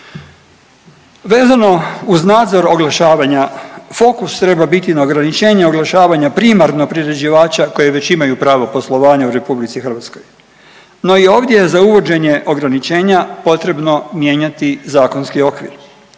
Vezano uz nadzor oglašavanja fokus treba biti na ograničenje oglašavanja primarno priređivača koji već imaju pravo poslovanja u Republici Hrvatskoj. No i ovdje je za uvođenje ograničenja potrebno mijenjati zakonski okvir.